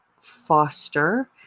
foster